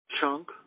chunk